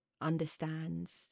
understands